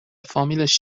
فامیلش